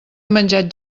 menjat